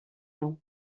nom